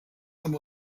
amb